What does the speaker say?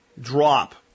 drop